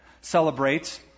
celebrates